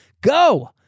go